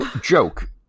joke